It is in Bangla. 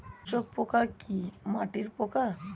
শোষক পোকা কি মাটির পোকা?